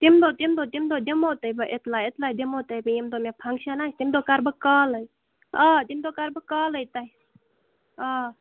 تَمہِ دۄہ تَمہِ دۄہ تَمہِ دۄہ دِمہو تۄہہِ بہٕ اِطلاع اِطلاع دِمو تۄہہِ بہٕ ییٚمہِ دۄہ مےٚ فَنٛگشَن آسہِ تِم دۄہ کرٕ بہٕ کالے آ تَمہِ دۄہ کرٕ بہٕ کالے تۄہہِ آ